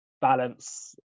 balance